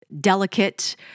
delicate